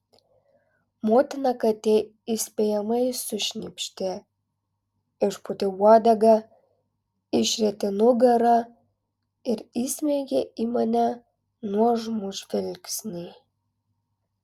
motina katė įspėjamai sušnypštė išpūtė uodegą išrietė nugarą ir įsmeigė į mane nuožmų žvilgsnį